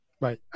Right